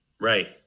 Right